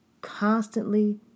constantly